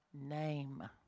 name